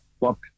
Look